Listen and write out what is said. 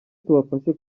tubafashe